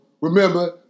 remember